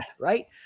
right